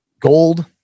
Gold